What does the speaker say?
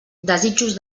desitjos